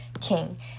king